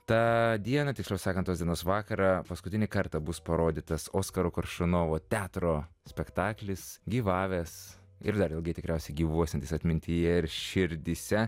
tą dieną tiksliau sakant tos dienos vakarą paskutinį kartą bus parodytas oskaro koršunovo teatro spektaklis gyvavęs ir dar ilgai tikriausiai gyvuosiantis atmintyje ir širdyse